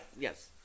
yes